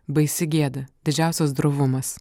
baisi gėda didžiausias drovumas